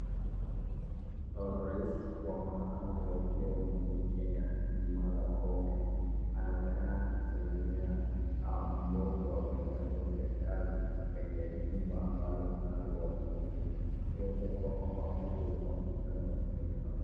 Rais wa mahakama ya upeo nchini Kenya Bi Martha Koome anaonekana kusalimia mmoja wa wafanyikazi wa serikali kwenye jumba ambalo kunalo watu wengi, waweza kuwa kwamba huu ulikuwa mkutano wa kitaifa.